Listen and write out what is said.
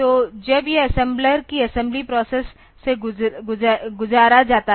तो जब यह असेंबलर की असेंबली प्रोसेस से गुजारा जाता है